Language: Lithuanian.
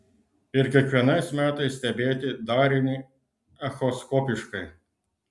ir kiekvienais metais stebėti darinį echoskopiškai